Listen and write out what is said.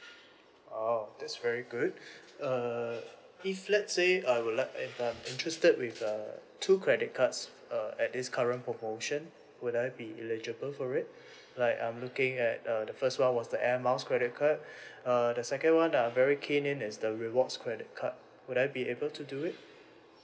!wow! that's very good err if let's say I would like if I'm interested with uh two credit cards uh at this current promotion would I be eligible for it like I'm looking at uh the first one was the air miles credit card uh the second one that I'm very keen in is the rewards credit card would I be able to do it